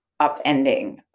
upending